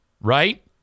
right